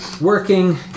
working